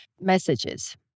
messages